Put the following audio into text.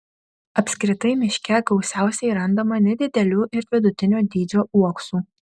apskritai miške gausiausiai randama nedidelių ir vidutinio dydžio uoksų